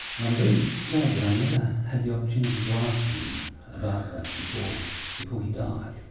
and i'm very sad that i never had the opportunity to ask vin about that before before he died.